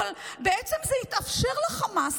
אבל בעצם זה התאפשר לחמאס,